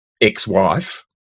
ex-wife